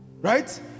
right